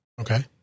okay